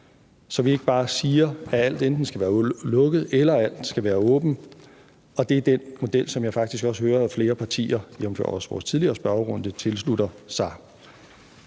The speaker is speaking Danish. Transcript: så vi ikke bare siger, at alt enten skal være lukket, eller at alt skal være åbent, og det er den model, som jeg faktisk også hører at flere partier, jævnfør også vores tidligere spørgerunde, tilslutter sig.